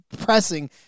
pressing